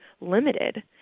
limited